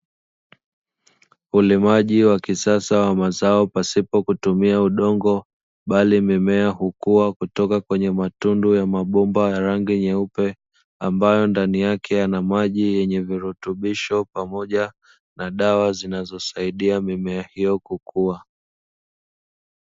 Ulimaji wa kisasa wa mazao pasipo kutumia udongo, bali mimea hukua kutoka kwenye matundu ya mabomba ya rangi nyeupe, ambayo ndani yake yana maji yenye virutubisho pamoja na dawa zinazosaidia mimea hiyo kukua.